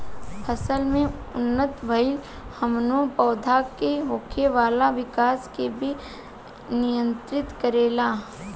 फसल में उत्पन्न भइल हार्मोन पौधा में होखे वाला विकाश के भी नियंत्रित करेला